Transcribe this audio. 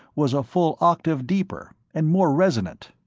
was a full octave deeper, and more resonant.